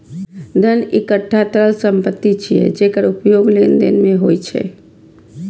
धन एकटा तरल संपत्ति छियै, जेकर उपयोग लेनदेन मे होइ छै